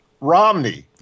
Romney